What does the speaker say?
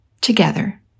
together